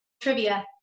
trivia